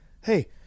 hey